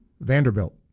Vanderbilt